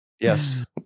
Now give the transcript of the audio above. Yes